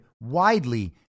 widely